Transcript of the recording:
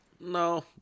No